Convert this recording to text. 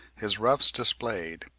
his ruffs displayed,